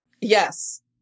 Yes